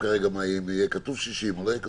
כרגע אם יהיה כתוב "סעיף 60" או לא יהיה כתוב.